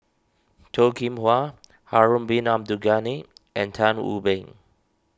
Toh Kim Hwa Harun Bin Abdul Ghani and Tan Wu Meng